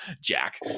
Jack